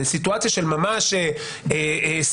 בסיטואציה של ממש סיוע,